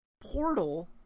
Portal